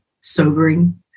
sobering